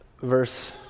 verse